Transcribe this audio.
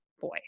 boy